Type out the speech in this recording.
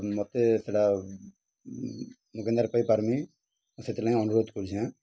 ମୋତେ ସେଇଟା ମୁକେନ୍ଦାର କହି ପାର୍ମି ମୁଁ ସେଥିର୍ ଲାଗି ଅନୁରୋଧ କରୁଛେଁ